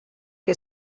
que